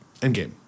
Endgame